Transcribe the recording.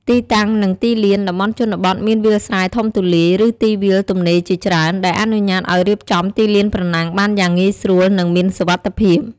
ទីតាំង និងទីលាន តំបន់ជនបទមានវាលស្រែធំទូលាយ ឬទីវាលទំនេរជាច្រើន ដែលអនុញ្ញាតឱ្យរៀបចំទីលានប្រណាំងបានយ៉ាងងាយស្រួល និងមានសុវត្ថិភាព។